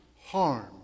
harm